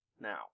now